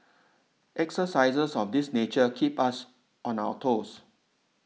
exercises of this nature keep us on our toes